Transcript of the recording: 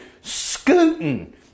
scooting